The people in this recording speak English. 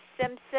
Simpson